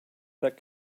that